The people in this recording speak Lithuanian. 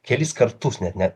kelis kartus net ne